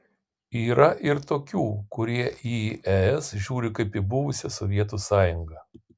yra ir tokių kurie į es žiūri kaip į buvusią sovietų sąjungą